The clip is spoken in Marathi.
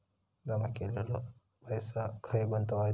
जमा केलेलो पैसो खय गुंतवायचो?